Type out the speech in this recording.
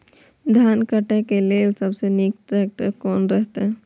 धान काटय के लेल सबसे नीक ट्रैक्टर कोन रहैत?